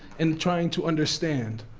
and trying to understand.